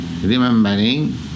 remembering